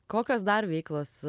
kokios dar veiklos